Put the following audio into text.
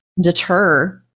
deter